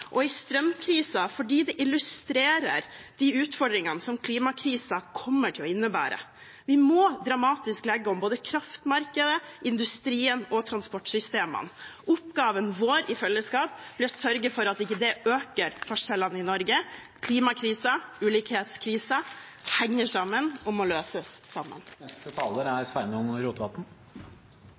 og arbeidsplasser, og med strømkrisen, fordi den illustrerer de utfordringene som klimakrisen kommer til å innebære. Vi må dramatisk legge om både kraftmarkedet, industrien og transportsystemene. Oppgaven vår i fellesskap blir å sørge for at ikke det øker forskjellene i Norge. Klimakrisen og ulikhetskrisen henger sammen og må løses sammen.